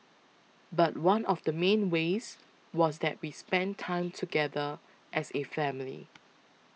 but one of the main ways was that we spent time together as a family